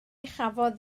chafodd